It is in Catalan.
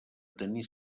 tenir